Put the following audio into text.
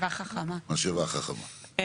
אני